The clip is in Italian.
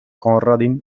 konradin